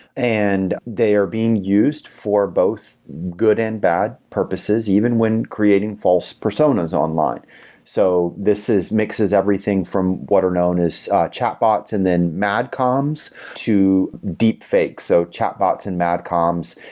and they are being used for both good and bad purposes, even when creating false personas online so this mixes everything from what are known as chatbots and then madcoms to deep fakes. so chatbots and madcoms,